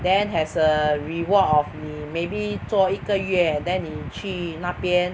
then has a reward of 你 maybe 做一个月 then 你去那边